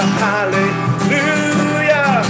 hallelujah